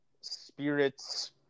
spirit's